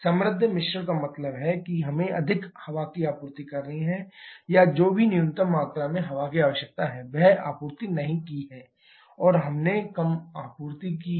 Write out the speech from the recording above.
समृद्ध मिश्रण का मतलब है कि हमें अधिक हवा की आपूर्ति करनी है या जो भी न्यूनतम मात्रा में हवा की आवश्यकता है वह आपूर्ति नहीं की है कि हमने कम आपूर्ति की है